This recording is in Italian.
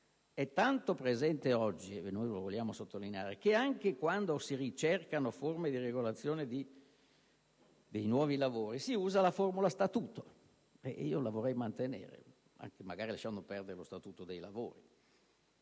è tanto presente oggi - noi lo vogliamo sottolineare - che anche quando si ricercano forme di regolazione dei nuovi lavori, si usa la parola «statuto». Io vorrei mantenerla, anche se magari lasciando perdere lo Statuto dei lavori.